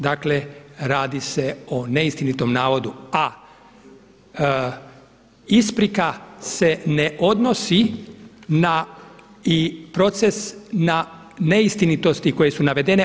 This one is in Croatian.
Dakle, radi se o neistinitom navodu, a isprika se ne odnosi na i na proces na neistinitosti koje su navedene.